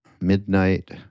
Midnight